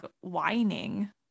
whining